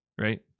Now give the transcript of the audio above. Right